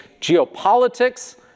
geopolitics